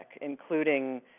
including